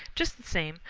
just the same,